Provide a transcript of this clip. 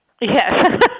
Yes